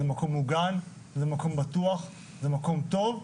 זה מקום מוגן, זה מקום בטוח, זה מקום טוב.